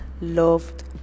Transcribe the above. loved